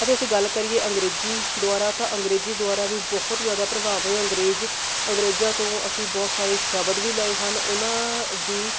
ਅਤੇ ਅਸੀਂ ਗੱਲ ਕਰੀਏ ਅੰਗਰੇਜ਼ੀ ਦੁਆਰਾ ਤਾਂ ਅੰਗਰੇਜ਼ੀ ਦੁਆਰਾ ਵੀ ਬਹੁਤ ਜ਼ਿਆਦਾ ਪ੍ਰਭਾਵ ਹੋਏ ਅੰਗਰੇਜ਼ ਅੰਗਰੇਜ਼ਾਂ ਤੋਂ ਅਸੀਂ ਬਹੁਤ ਸਾਰੇ ਸ਼ਬਦ ਵੀ ਲਏ ਹਨ ਉਹਨਾਂ ਦੀ